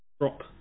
drop